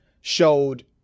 showed